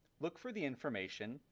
look for the information,